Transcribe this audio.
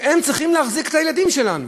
שהם צריכים להחזיק את הילדים שלנו.